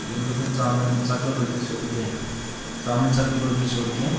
یہِ روٗز نہٕ ژامنۍ یِم ژَکَل روٗدۍ نہٕ سیوٚد کینٛہہ ژامنۍ ژَکَل روٗدۍ نہٕ سیوٚد کینٛہہ